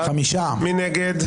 מי נגד?